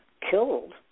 killed